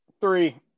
Three